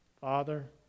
Father